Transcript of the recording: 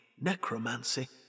necromancy